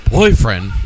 Boyfriend